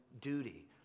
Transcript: duty